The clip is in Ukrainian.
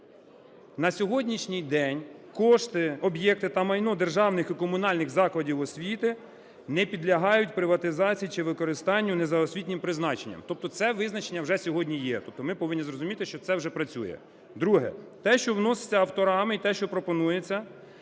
на сьогоднішній день кошти, об'єкти та майно державних і комунальних закладів освіти не підлягають приватизації чи використанню не за освітнім призначенням. Тобто це визначення вже сьогодні є, тобто ми повинні зрозуміти, що це вже працює. Друге. Те, що вноситься авторами, і те, що пропонується,